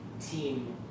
team